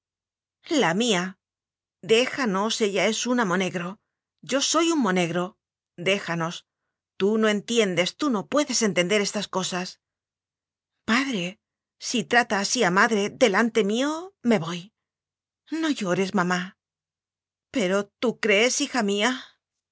la mía déjanos ella es una monegro yo soy un monegro déjanos tú no entien des tú no puedes entender estas cosas padre si trata así a madre delante mío me voy no llores mamá pero tú crees hija mía